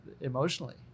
emotionally